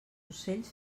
ocells